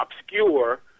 obscure